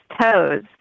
toes